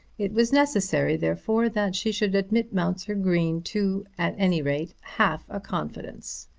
it was necessary therefore that she should admit mounser green to, at any rate, half a confidence.